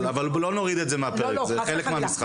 אבל לא נוריד את זה מהפרק, זה חלק מהמשחק.